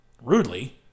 rudely